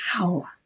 wow